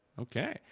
Okay